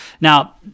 Now